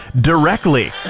directly